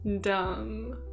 Dumb